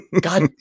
God